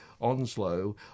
Onslow